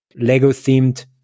Lego-themed